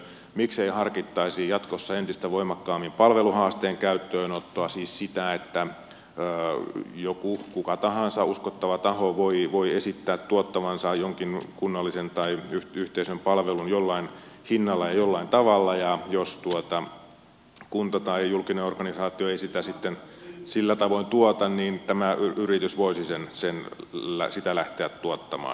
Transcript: miksei harkittaisi jatkossa entistä voimakkaammin palveluhaasteen käyttöönottoa siis sitä että joku kuka tahansa uskottava taho voi esittää tuottavansa jonkin kunnallisen tai yhteisön palvelun jollain hinnalla ja jollain tavalla ja jos kunta tai julkinen organisaatio ei sitä sitten sillä tavoin tuota niin tämä yritys voisi sitä lähteä tuottamaan